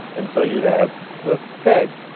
and so you have the pig.